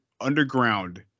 underground